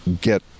get